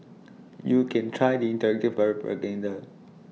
you can try the interactive propaganda